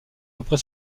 après